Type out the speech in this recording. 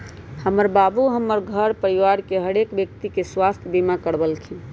हमर बाबू हमर घर परिवार के हरेक व्यक्ति के स्वास्थ्य बीमा करबलखिन्ह